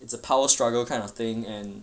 it's a power struggle kind of thing and